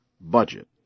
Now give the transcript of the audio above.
budget